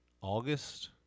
August